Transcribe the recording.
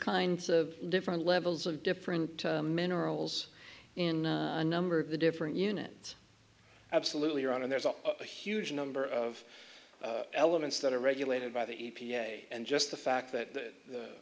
kinds of different levels of different minerals in a number of the different units absolutely around and there's a huge number of elements that are regulated by the e p a and just the fact that the